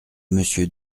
monsieur